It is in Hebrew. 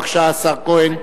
בבקשה, השר כהן.